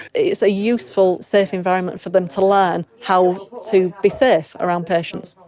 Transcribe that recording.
it's a useful safe environment for them to learn how to be safe around patients.